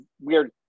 weird